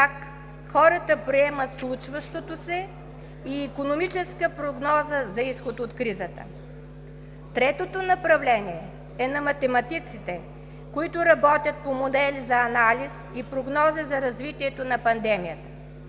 как хората приемат случващото се и икономическа прогноза за изход от кризата. Третото направление е на математиците, които работят по модели за анализ и прогнози за развитието на пандемията.